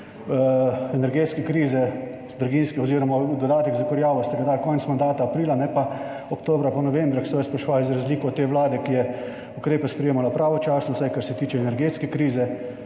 energetske krize, draginjske oziroma ste dodatek za kurjavo dali konec mandata, aprila, ne pa oktobra in novembra, ko so vas spraševali, za razliko od te vlade, ki je ukrepe sprejemala pravočasno, vsaj kar se tiče energetske krize,